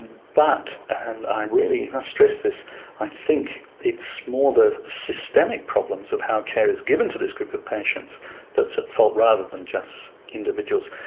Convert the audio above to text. but and i really must stress this i think it's more the systemic problems of how care is given to this group of patients that's at fault, rather than just individuals.